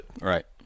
Right